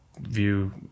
view